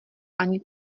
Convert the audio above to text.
ani